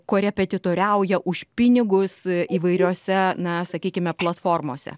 korepetitoriauja už pinigus įvairiose na sakykime platformose